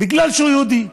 בגלל שהוא יהודי,